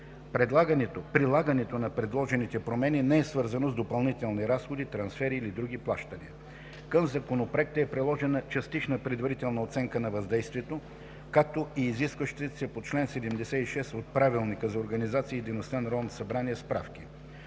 Прилагането на предложените промени не е свързано с допълнителни разходи/трансфери/други плащания. Към Законопроекта е приложена Частична предварителна оценка на въздействието, както и изискващите се по чл. 76 от Правилника за